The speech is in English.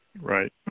Right